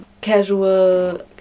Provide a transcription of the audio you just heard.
casual